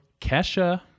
Kesha